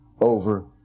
over